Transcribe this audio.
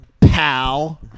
pal